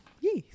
Yes